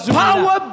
power